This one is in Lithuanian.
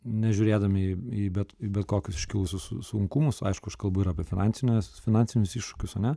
nežiūrėdami į į bet į bet kokius iškilusius sunkumus aišku aš kalbu yra apie finansines finansinius iššūkius ane